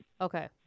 Okay